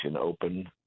open